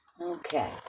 Okay